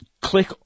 Click